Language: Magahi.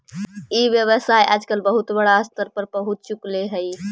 ई व्यवसाय आजकल बहुत बड़ा स्तर पर पहुँच चुकले हइ